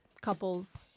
couples